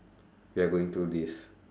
we are going through this